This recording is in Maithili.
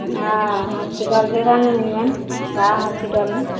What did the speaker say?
हँ हॉसपिटल छै रानीगञ्जमे वएह हॉसपिटलमे